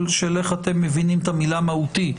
של איך אתם מבינים את המילה "מהותי".